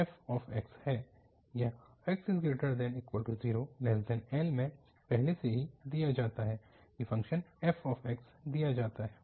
तो g x f है यह 0≤xL में पहले से ही दिया जाता है कि फ़ंक्शन f दिया जाता है